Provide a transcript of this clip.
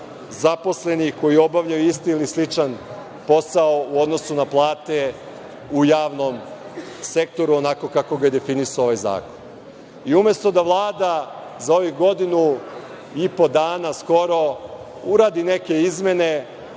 zaposlenih koji obavljaju isti ili sličan posao u odnosu na plate u javnom sektoru, onako kako ga je definisao ovaj zakon. Umesto da Vlada, za ovih godinu i po dana skoro, uradi neke izmene